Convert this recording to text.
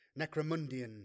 Necromundian